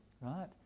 right